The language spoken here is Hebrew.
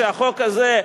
שהחוק הזה,